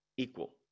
Equal